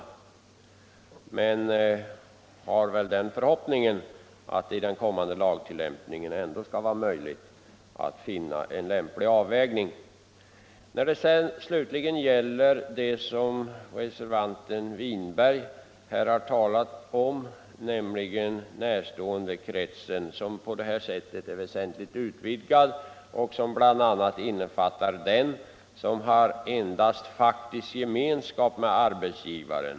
Men vi hyser förhoppningen att det vid den kommande lagtillämpningen ändå skall vara möjligt att finna en lämplig avvägning. Reservanten Winberg har här talat om att närståendekretsen blivit väsentligt utvidgad och bl.a. innefattar den som har endast faktisk gemenskap med arbetsgivare.